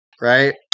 Right